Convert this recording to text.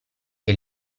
che